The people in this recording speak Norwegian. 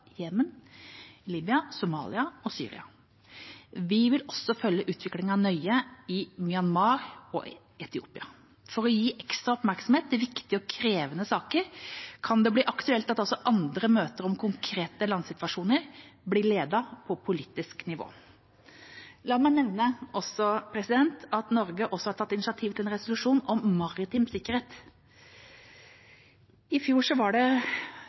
Jemen, Libya, Somalia og Syria. Vi vil også følge utviklingen nøye i Myanmar og Etiopia. For å gi ekstra oppmerksomhet til viktige og krevende saker kan det bli aktuelt at også andre møter om konkrete landsituasjoner blir ledet på politisk nivå. La meg nevne at Norge også har tatt initiativ til en resolusjon om maritim sikkerhet. I fjor var det